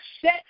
set